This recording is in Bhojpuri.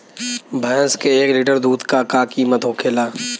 भैंस के एक लीटर दूध का कीमत का होखेला?